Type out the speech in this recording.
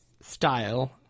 style